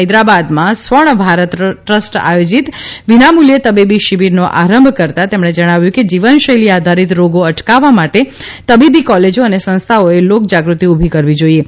હૈદરાબાદમાં સ્વર્ણભારત ટ્રસ્ટ આયોજીત વિનામુલ્યે તબીબી શિબિરનો આરંભ કરતાં તેમણે જણાવ્યું કે જીવનશૈલી આધારીત રોગો અટકાવવા માટે તબીબી કોલેજા અને સંસ્થાઓએ લોકજાગૃતિ ઉલી કરવી જાઈએ